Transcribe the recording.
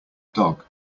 dog